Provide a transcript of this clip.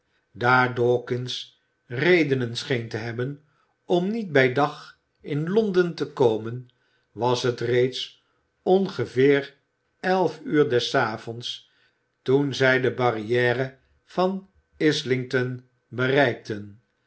dawkins redenen scheen te hebben om niet bij dag in londen te komen was het reeds ongeveer elf ure des avonds toen zij de barrière van i